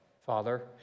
Father